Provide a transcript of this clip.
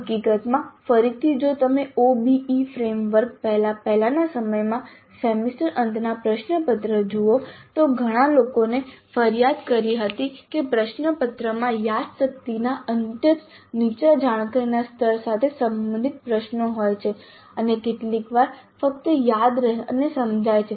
હકીકતમાં ફરીથી જો તમે OBE ફ્રેમવર્ક પહેલા પહેલાના સમયમાં સેમેસ્ટર અંતના પ્રશ્નપત્રો જુઓ તો ઘણા લોકોએ ફરિયાદ કરી હતી કે પ્રશ્નપત્રમાં યાદશક્તિના અત્યંત નીચા જાણકારીના સ્તર સાથે સંબંધિત પ્રશ્નો હોય છે અને કેટલીકવાર ફક્ત યાદ રહે અને સમજાય છે